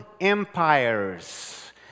empires